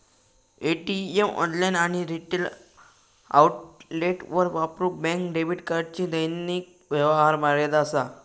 ATM, online आणि retail आउटलेटवर वापरूक बँक डेबिट कार्डची दैनिक व्यवहार मर्यादा असा